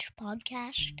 Podcast